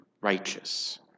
righteous